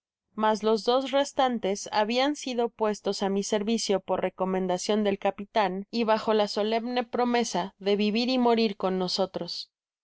mas los dos restantes habian sido puestos á mi servicio por recomendacion del capitan y bajo la solemne promesa de vivir y morir con nosotros